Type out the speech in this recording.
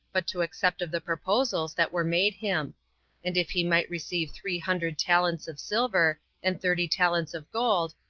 but to accept of the proposals that were made him and if he might receive three hundred talents of silver, and thirty talents of gold,